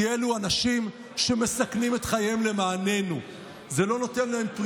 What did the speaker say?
כי אלו אנשים שמסכנים את חייהם למעננו.